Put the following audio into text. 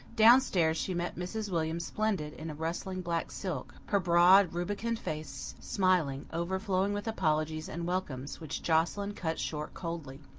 down-stairs she met mrs. william splendid in rustling black silk, her broad, rubicund face smiling, overflowing with apologies and welcomes, which joscelyn cut short coldly.